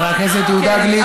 חבר הכנסת יהודה גליק.